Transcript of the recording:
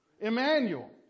Emmanuel